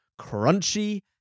crunchy